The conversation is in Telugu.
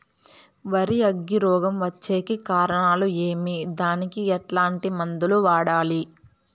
వరి అగ్గి రోగం వచ్చేకి కారణాలు ఏమి దానికి ఎట్లాంటి మందులు వాడాలి?